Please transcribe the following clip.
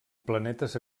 planetes